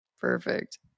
Perfect